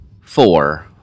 four